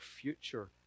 future